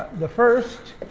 the first